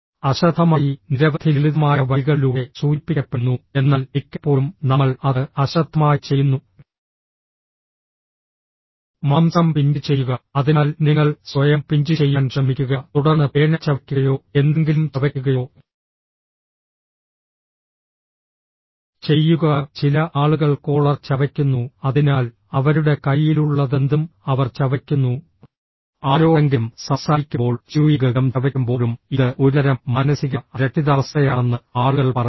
അശ്രദ്ധമായി നിരവധി ലളിതമായ വഴികളിലൂടെ സൂചിപ്പിക്കപ്പെടുന്നു എന്നാൽ മിക്കപ്പോഴും നമ്മൾ അത് അശ്രദ്ധമായി ചെയ്യുന്നു മാംസം പിഞ്ച് ചെയ്യുക അതിനാൽ നിങ്ങൾ സ്വയം പിഞ്ച് ചെയ്യാൻ ശ്രമിക്കുക തുടർന്ന് പേന ചവയ്ക്കുകയോ എന്തെങ്കിലും ചവയ്ക്കുകയോ ചെയ്യുക ചില ആളുകൾ കോളർ ചവയ്ക്കുന്നു അതിനാൽ അവരുടെ കൈയിലുള്ളതെന്തും അവർ ചവയ്ക്കുന്നു ആരോടെങ്കിലും സംസാരിക്കുമ്പോൾ ച്യൂയിംഗ് ഗം ചവയ്ക്കുമ്പോഴും ഇത് ഒരുതരം മാനസിക അരക്ഷിതാവസ്ഥയാണെന്ന് ആളുകൾ പറയുന്നു